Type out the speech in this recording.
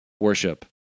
worship